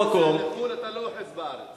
כשאתה נוסע לחו"ל אתה לא אוחז בארץ.